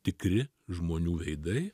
tikri žmonių veidai